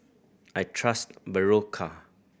I trust Berocca